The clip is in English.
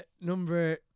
Number